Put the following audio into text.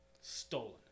stolen